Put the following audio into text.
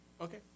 Okay